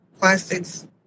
Plastics